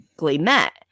met